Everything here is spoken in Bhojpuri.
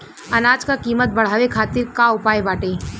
अनाज क कीमत बढ़ावे खातिर का उपाय बाटे?